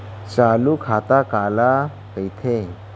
चालू खाता काला कहिथे?